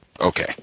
Okay